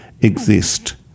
exist